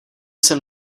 jsem